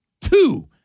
Two